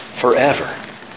forever